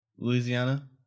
Louisiana